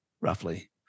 roughly